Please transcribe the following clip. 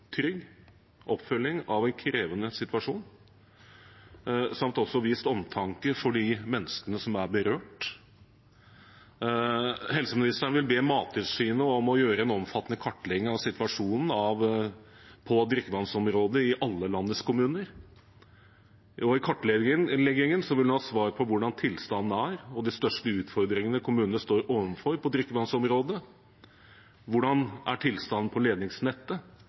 trygg oppfølging av en krevende situasjon samt for å ha vist omtanke for de menneskene som er berørt. Folkehelseministeren vil be Mattilsynet om å gjøre en omfattende kartlegging av situasjonen på drikkevannsområdet i alle landets kommuner. I kartleggingen vil hun ha svar på hvordan tilstanden er, de største utfordringene kommunene står overfor på drikkevannsområdet, hvordan tilstanden er på ledningsnettet,